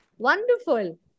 Wonderful